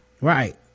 Right